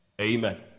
Amen